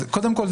קודם כול,